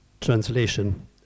translation